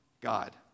God